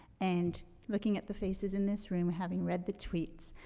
and looking at the faces in this room, having read the tweets,